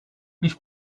we’ve